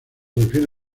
refiere